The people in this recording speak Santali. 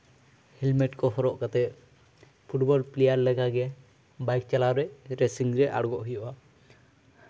ᱦᱮᱞᱢᱮᱴ ᱠᱚ ᱦᱚᱨᱚᱜ ᱠᱟᱛᱮᱜ ᱯᱷᱩᱴᱵᱚᱞ ᱯᱞᱮᱭᱟᱨ ᱞᱮᱠᱟᱜᱮ ᱵᱟᱭᱤᱠ ᱪᱟᱞᱟᱣᱨᱮ ᱨᱮᱥᱤᱝ ᱨᱮ ᱟᱬᱜᱳᱜ ᱦᱩᱭᱩᱜᱼᱟ